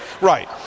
Right